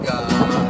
God